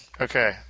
Okay